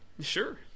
Sure